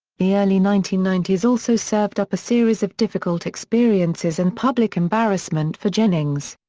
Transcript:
the early nineteen ninety s also served up a series of difficult experiences and public embarrassment for jennings.